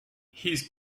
his